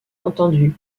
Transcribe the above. entendues